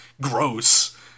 gross